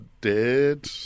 dead